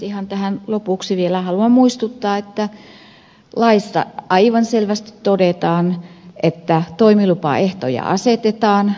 ihan tähän lopuksi vielä haluan muistuttaa että laissa aivan selvästi todetaan että toimilupaehtoja asetetaan